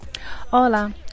Hola